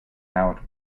out